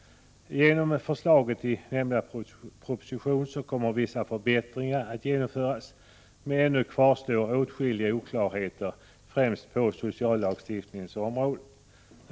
Genom förslag i nämnda proposition kommer vissa förbättringar att genomföras. Men ännu kvarstår åtskilliga oklarheter främst på sociallagstiftningens område.